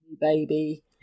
Baby